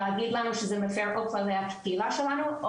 להגיד לנו שזה מפר תכני הקהילה שלנו,